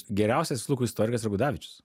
geriausias visų laikų istorikas yra gudavičius